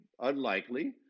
unlikely